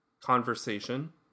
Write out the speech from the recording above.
conversation